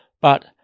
But-